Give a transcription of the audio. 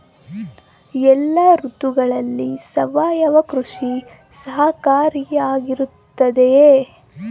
ಎಲ್ಲ ಋತುಗಳಲ್ಲಿ ಸಾವಯವ ಕೃಷಿ ಸಹಕಾರಿಯಾಗಿರುತ್ತದೆಯೇ?